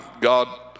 God